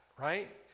Right